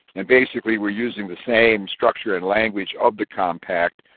and basically we're using the same structure and language of the compact,